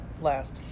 last